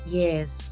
yes